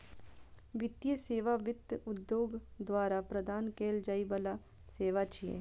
वित्तीय सेवा वित्त उद्योग द्वारा प्रदान कैल जाइ बला सेवा छियै